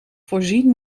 voorzien